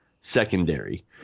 secondary